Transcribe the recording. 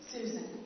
Susan